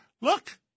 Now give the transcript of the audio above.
look